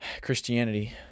Christianity